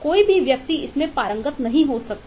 कोई भी व्यक्ति इसमें पारंगत नहीं हो सकता